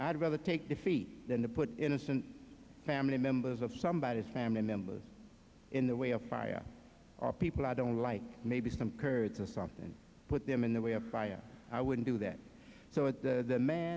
i'd rather take defeat than to put innocent family members of somebody as family members in the way of fire are people i don't like maybe some kurds or something put them in the way of fire i wouldn't do that so it